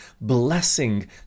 blessing